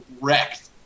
wrecked